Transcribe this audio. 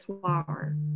flower